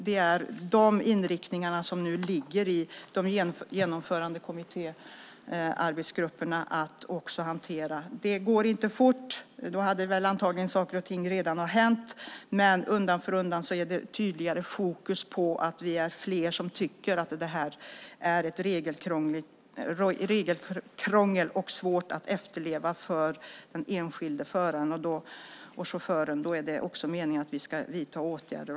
Det är de inriktningarna som nu genomförandekommitténs arbetsgrupper har att hantera. Det går inte fort; då hade väl antagligen saker och ting redan hänt. Men undan för undan blir det tydligare fokus på detta. Vi blir fler som tycker att det här är ett regelkrångel som är svårt att efterleva för den enskilde föraren och chauffören. Då är det också meningen att vi ska vidta åtgärder.